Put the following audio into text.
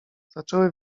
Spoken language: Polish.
zaczęły